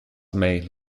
made